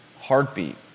heartbeat